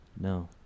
No